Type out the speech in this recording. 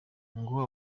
ngo